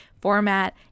format